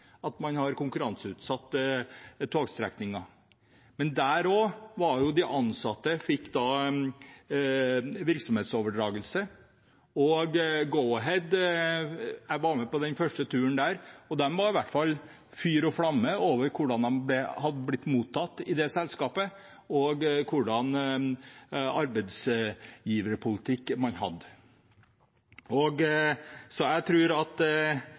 at man har konkurranseutsatt togstrekninger. Men de ansatte fikk virksomhetsoverdragelse. Jeg var med på den første turen med Go-Ahead, og de var i hvert fall i fyr og flamme over hvordan de hadde blitt mottatt i selskapet, og hva slags arbeidsgiverpolitikk man hadde. Så jeg tror at